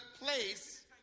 place